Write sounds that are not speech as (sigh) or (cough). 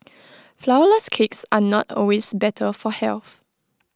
(noise) Flourless Cakes are not always better for health